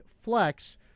flex